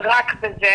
בזה